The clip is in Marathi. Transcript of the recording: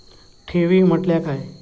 ठेवी म्हटल्या काय?